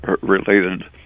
related